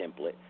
template